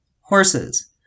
horses